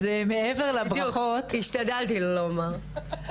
השתדלתי לא לומר.